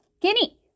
Guinea